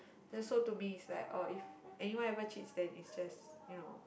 the so to me is like oh if anyone ever cheats then is just you know